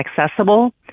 accessible